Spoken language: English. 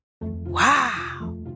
Wow